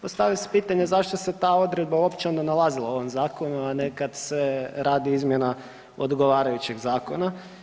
Postavlja se pitanje zašto se ta odredba uopće onda nalazila u ovom Zakonu, a ne kada se radi izmjena odgovarajućeg zakona?